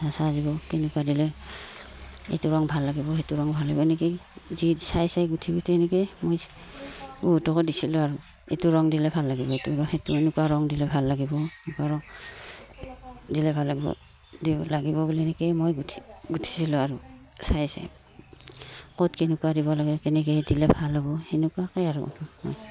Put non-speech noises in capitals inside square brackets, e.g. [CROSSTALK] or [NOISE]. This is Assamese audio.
চাই দিব কেনেকুৱা দিলে এইটো ৰং ভাল লাগিব সেইটো ৰং ভাল লাগিব এনেকৈয়ে যি চাই চাই গোঁঠি গোঁঠি এনেকৈয়ে মই বহুতকো দিছিলোঁ আৰু এইটো ৰং দিলে ভাল লাগিব এইটো সেইটো এনেকুৱা ৰং দিলে ভাল লাগিব এনেকুৱা ৰং দিলে ভাল লাগিব দি লাগিব বুলি এনেকৈয়ে মই গোঁঠি গোঁঠিছিলোঁ আৰু চাই চাই ক'ত কেনেকুৱা দিব লাগে কেনেকৈ দিলে ভাল হ'ব সেনেকুৱাকৈ আৰু [UNINTELLIGIBLE]